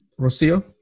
Rocio